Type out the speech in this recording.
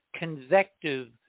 convective